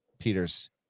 Peters